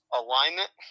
alignment